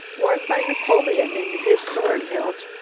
worn by napoleon in his sword-hilt,